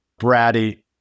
bratty